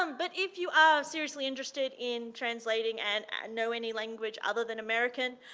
um but if you are seriously interested in translating and know any language other than american,